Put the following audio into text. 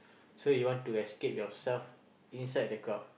so you want to escape yourself inside the crowd